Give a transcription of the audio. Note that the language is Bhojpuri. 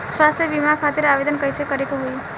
स्वास्थ्य बीमा खातिर आवेदन कइसे करे के होई?